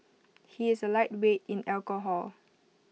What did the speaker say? he is A lightweight in alcohol